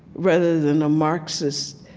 rather than a marxist,